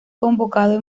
convocado